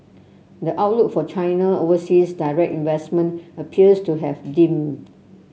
the outlook for China overseas direct investment appears to have dimmed